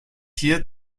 hier